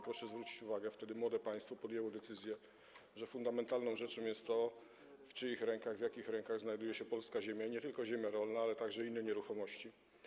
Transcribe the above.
Proszę zwrócić uwagę, wtedy młode państwo podjęło decyzję, że fundamentalną rzeczą jest to, w czyich rękach, w jakich rękach znajduje się polska ziemia, i nie tylko ziemia rolna, ale także inne nieruchomości.